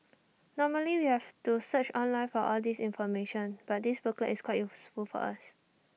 normally we have to search online for all this information but this booklet is quite useful for us